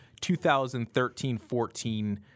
2013-14